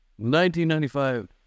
1995